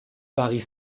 paris